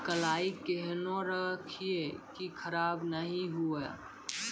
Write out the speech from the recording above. कलाई केहनो रखिए की खराब नहीं हुआ?